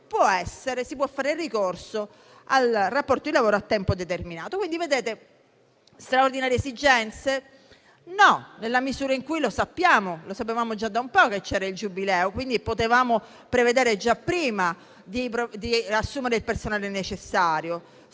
si può fare ricorso al rapporto di lavoro a tempo determinato. Voi vedete straordinarie esigenze? No: nella misura in cui sapevamo già da un po' che c'era il Giubileo e potevamo prevedere, già prima, di assumere il personale necessario.